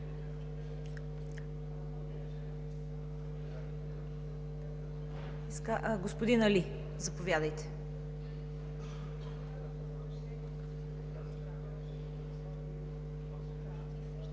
Господин Али, заповядайте.